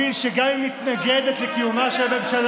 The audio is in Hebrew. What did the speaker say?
מותר לה להבין שגם אם היא מתנגדת לקיומה של ממשלה,